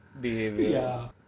behavior